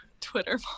twitter